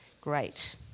Great